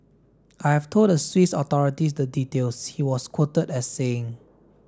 I have told the Swiss authorities the details he was quoted as saying